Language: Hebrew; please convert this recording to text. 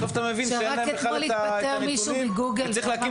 עכשיו אתה מבין שאין להם את הנתונים וצריך להקים